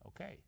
Okay